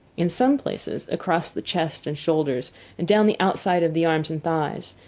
in some places, across the chest and shoulders and down the outside of the arms and thighs,